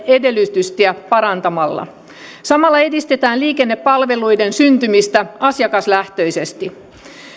edellytyksiä parantamalla samalla edistetään liikennepalveluiden syntymistä asiakaslähtöisesti